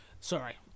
sorry